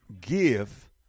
give